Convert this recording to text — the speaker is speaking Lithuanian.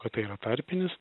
kad tai yra tarpinis